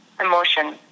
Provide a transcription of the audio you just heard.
emotion